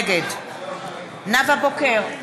נגד נאוה בוקר,